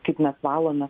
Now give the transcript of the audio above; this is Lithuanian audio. kaip mes valomės